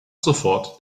sofort